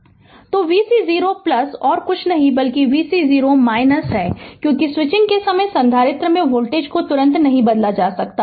तो vc 0 और कुछ नहीं बल्कि vc 0 है क्योंकि स्विचिंग के समय संधारित्र में वोल्टेज को तुरंत नहीं बदला जा सकता है